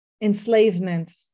enslavement